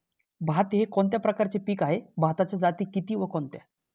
भात हे कोणत्या प्रकारचे पीक आहे? भाताच्या जाती किती व कोणत्या?